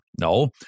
No